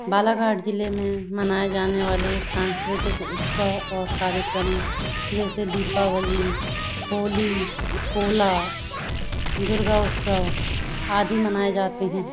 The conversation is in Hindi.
बालाघाट ज़िले में मनाए जानेवाले सांस्कृतिक उत्सव और कार्यक्रम जैसे दीपावली होली पोला दुर्गा उत्सव आदि मनाए जाते हैं